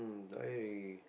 mm die